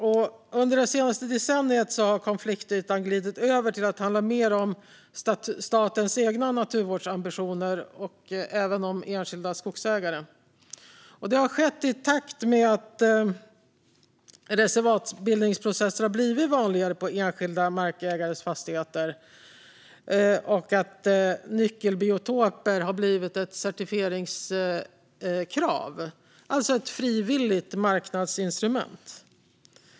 Och under det senaste decenniet har konfliktytan glidit över till att handla mer om statens egna naturvårdsambitioner och även om enskilda skogsägare. Det har skett i takt med att reservatsbildningsprocesser har blivit vanligare på enskilda markägares fastigheter och att nyckelbiotoper har blivit ett certifieringskrav, alltså ett frivilligt marknadsinstrument.